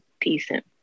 decent